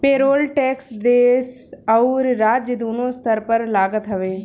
payroll tax देस अउरी राज्य दूनो स्तर पर लागत हवे